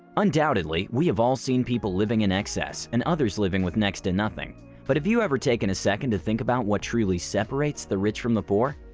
undoubtedly, we have all seen people living in excess and others living with next to and nothing but have you ever taken a second to think about what truly separates the rich from the poor?